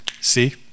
see